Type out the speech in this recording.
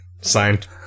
Signed